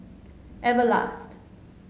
everlast